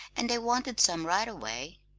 and they wanted some right away.